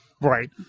Right